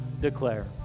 declare